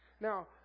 Now